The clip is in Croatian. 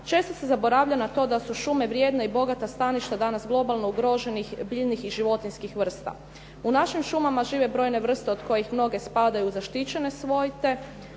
često se zaboravlja na to da su šume vrijedna i bogata staništa danas globalno ugroženih biljnih i životinjskih vrsta. U našim šumama žive brojne vrste od kojih mnoge spadaju u zaštićene svojte,